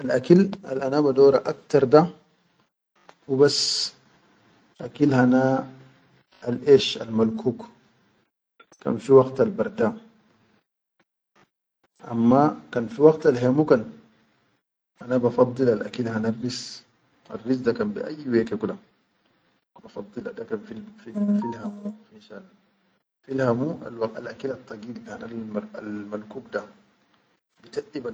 Al akil al ana badora akhtar da, hubas akil hana al iʼesh al malkuk kan fi waqtal barda, amma kan fi waqtal hemu kan, ana ba faddilal akil hanal ris. Arris da be aiyi yeke kula bafadila da kan fi hamu, finshan fil hamu al akil tagil al markuk da bi taʼi.